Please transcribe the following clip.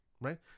Right